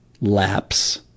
lapse